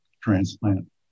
transplant